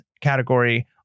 category